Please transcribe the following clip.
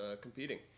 competing